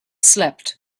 slept